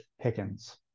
Pickens